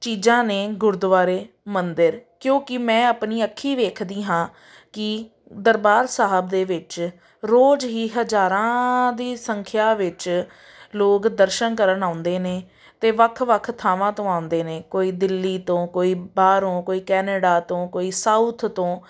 ਚੀਜ਼ਾਂ ਨੇ ਗੁਰਦੁਆਰੇ ਮੰਦਿਰ ਕਿਉਂਕਿ ਮੈਂ ਆਪਣੀ ਅੱਖੀਂ ਦੇਖਦੀ ਹਾਂ ਕਿ ਦਰਬਾਰ ਸਾਹਿਬ ਦੇ ਵਿੱਚ ਰੋਜ਼ ਹੀ ਹਜ਼ਾਰਾਂ ਦੀ ਸੰਖਿਆ ਵਿੱਚ ਲੋਕ ਦਰਸ਼ਨ ਕਰਨ ਆਉਂਦੇ ਨੇ ਅਤੇ ਵੱਖ ਵੱਖ ਥਾਵਾਂ ਤੋਂ ਆਉਂਦੇ ਨੇ ਕੋਈ ਦਿੱਲੀ ਤੋਂ ਕੋਈ ਬਾਹਰੋਂ ਕੋਈ ਕੈਨੇਡਾ ਤੋਂ ਕੋਈ ਸਾਊਥ ਤੋਂ